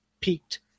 peaked